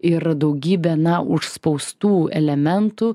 ir daugybę na užspaustų elementų